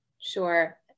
sure